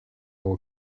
will